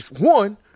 one